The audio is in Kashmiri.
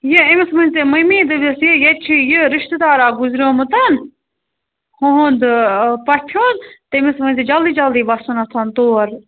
یہِ أمِس ؤنۍ زِ ممی دٔپۍزٮ۪س یہِ ییٚتہِ چھُ یہِ رِشتہٕ دار اَکھ گُذریوٚمُت ہُہُنٛد پۅپھِ ہُنٛد تٔمِس ؤنۍزِ جلدی جلدی وَسُن تور